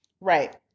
right